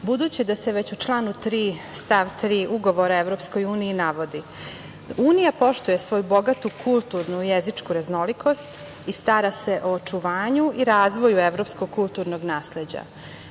budući da se već u članu 3. stav 3. Ugovora o Evropskoj uniji navodi: „Unija poštuje svoju bogatu kulturnu i jezičku raznolikost i stara se o očuvanju i razvoju evropskog kulturnog nasleđa“.